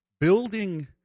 Building